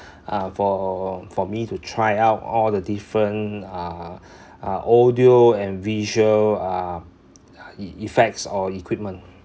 uh for for me to try out all the different uh uh audio and visual uh e~ effects or equipment